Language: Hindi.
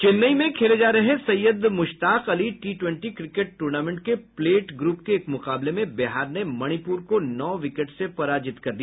चेन्नई में खेले जा रहे Syed Mushtaq Ali T twenty cricket tournament के प्लेट ग्रूप के मुकाबले में बिहार ने मणिपुर को नौ विकेट से पराजित कर दिया